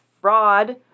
fraud